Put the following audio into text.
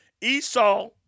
Esau